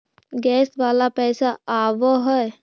Gas वाला पैसा आव है?